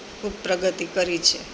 ખૂબ પ્રગતિ કરી છે